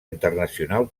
internacional